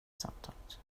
samtalet